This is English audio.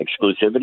exclusivity